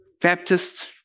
Baptists